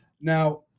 Now